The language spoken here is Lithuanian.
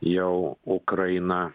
jau ukraina